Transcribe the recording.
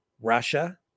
Russia